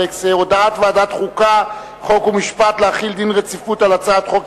חוק ומשפט על רצונה להחיל דין רציפות על הצעת חוק